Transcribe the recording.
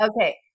Okay